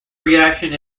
reaction